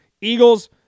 Eagles